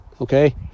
okay